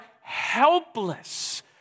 helpless